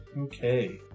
Okay